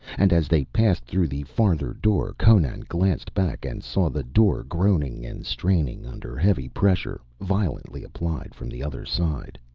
and as they passed through the farther door, conan glanced back and saw the door groaning and straining under heavy pressure violently applied from the other side.